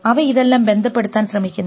അവ ഇതെല്ലാം ബന്ധപ്പെടുത്താൻ ശ്രമിക്കുന്നു